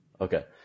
Okay